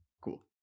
cool